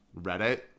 Reddit